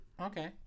Okay